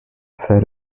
said